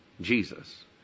Jesus